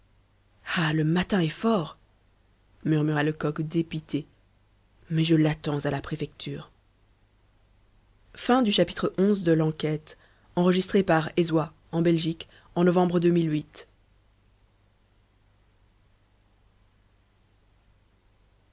ah le mâtin est fort murmura lecoq dépité mais je l'attends à la préfecture